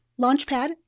Launchpad